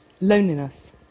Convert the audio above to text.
loneliness